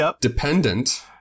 dependent